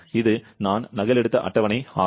இது நான் நகலெடுத்த அட்டவணை ஆகும்